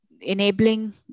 enabling